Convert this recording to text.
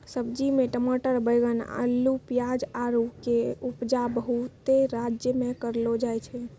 सब्जी मे टमाटर बैगन अल्लू पियाज आरु के उपजा बहुते राज्य मे करलो जाय छै